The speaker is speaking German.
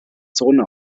zone